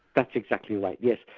that's exactly right, yes.